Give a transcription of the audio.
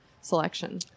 selection